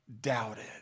doubted